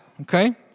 okay